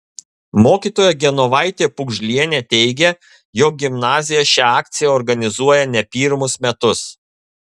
mokytoja genovaitė pugžlienė teigė jog gimnazija šią akciją organizuoja ne pirmus metus